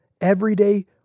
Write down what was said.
everyday